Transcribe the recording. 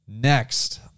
Next